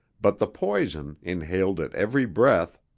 but the poison, inhaled at every breath,